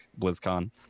blizzcon